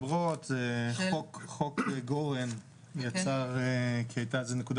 ועוד סדר גודל של 50,000 איש שהם מתחת